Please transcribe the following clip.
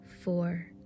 four